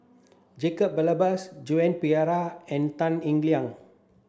Jacob Ballas Joan Pereira and Tan Eng Liang